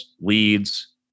leads